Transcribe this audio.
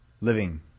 living